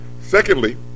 Secondly